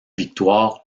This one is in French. victoires